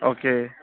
okay